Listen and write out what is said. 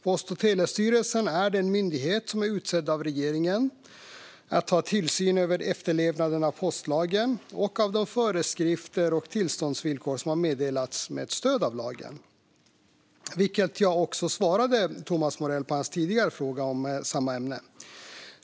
Post och telestyrelsen är den myndighet som är utsedd av regeringen att ha tillsyn över efterlevnaden av postlagen och av de föreskrifter och tillståndsvillkor som har meddelats med stöd av lagen, vilket jag också svarade Thomas Morell på hans tidigare fråga om samma ämne.